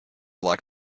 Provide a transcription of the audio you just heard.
like